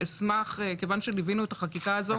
כיוון שליווינו את החקיקה הזאת,